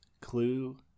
Clue